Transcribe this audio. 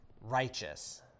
righteous